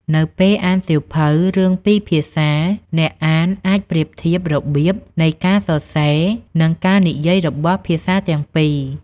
នៅពេលអានសៀវភៅរឿងពីរភាសា អ្នកអានអាចប្រៀបធៀបរបៀបនៃការសរសេរ និងការនិយាយរបស់ភាសាទាំងពីរ។